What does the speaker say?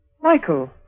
Michael